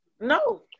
No